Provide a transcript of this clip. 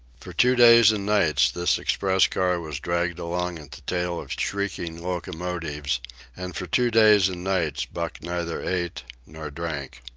for two days and nights this express car was dragged along at the tail of shrieking locomotives and for two days and nights buck neither ate nor drank.